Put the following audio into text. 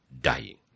dying